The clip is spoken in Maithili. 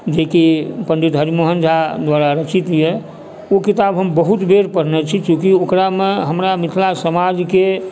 जेकि पण्डित हरिमोहन झा द्वारा रचित अइ ओ किताब हम बहुत बेर पढ़ने छी चूँकि ओकरामे हमरा मिथिला समाजके